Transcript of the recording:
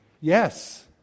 Yes